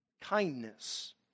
kindness